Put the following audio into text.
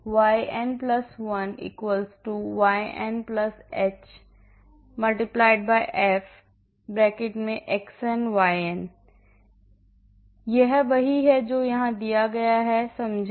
तो yn 1 yn h f xn yn यह वही है जो यहां दिया गया है समझें